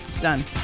done